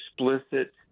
explicit